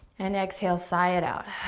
and exhale, sigh it out.